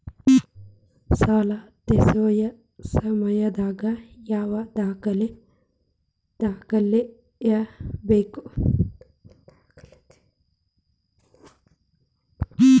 ಸಾಲಾ ತೇರ್ಸೋ ಸಮಯದಾಗ ಯಾವ ದಾಖಲೆ ತರ್ಬೇಕು?